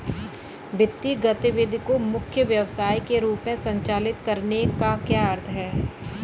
वित्तीय गतिविधि को मुख्य व्यवसाय के रूप में संचालित करने का क्या अर्थ है?